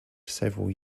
several